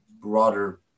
broader